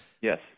Yes